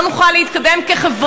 לא נוכל להתקדם כחברה.